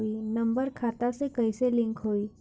Number खाता से कईसे लिंक होई?